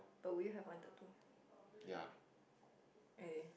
ya